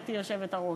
גברתי היושבת-ראש?